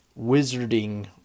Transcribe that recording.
Wizarding